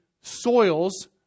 soils